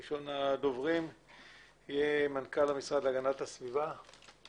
ראשון הדוברים מנכ"ל המשרד להגנת הסביבה,